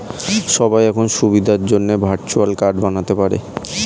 সবাই এখন সুবিধার জন্যে ভার্চুয়াল কার্ড বানাতে পারে